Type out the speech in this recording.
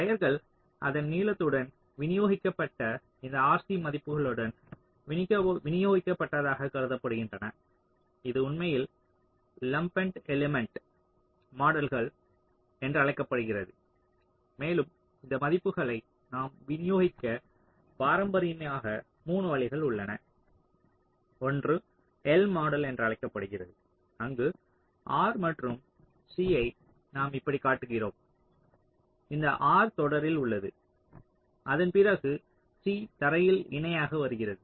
வயர்கள் அதன் நீளத்துடன் விநியோகிக்கப்பட்ட இந்த RC மதிப்புகளுடன் விநியோகிக்கப்பட்டதாக கருதப்படுகின்றன இது உண்மையில் லம்பட் எலிமென்ட் மாடல்கள் என்று அழைக்கப்படுகிறது மேலும் இந்த மதிப்புகளை நாம் விநியோகிக்க பாரம்பரியமாக 3 வழிகள் உள்ளன ஒன்று L மாடல் என்று அழைக்கப்படுகிறது அங்கு R மற்றும் C யை நாம் இப்படி காட்டுகிறோம் இந்த R தொடரில் உள்ளது அதன் பிறகு C தரையில் இணையாக வருகிறது